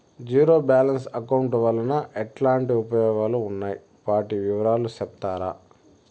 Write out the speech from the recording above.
Zero balance account వలన ఎట్లాంటి ఉపయోగాలు ఉన్నాయి? వాటి వివరాలు సెప్తారా?